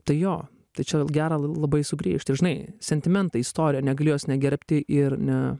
tai jo tai čia gera l labai sugrįžt ir žinai sentimentai istorija negali jos negerbti ir ne